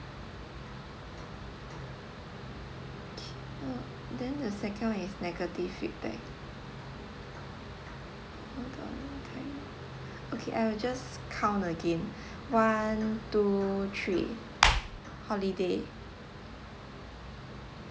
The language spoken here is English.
okay then the second one is negative feedback okay I will just count again one two three holiday